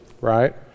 right